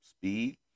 speed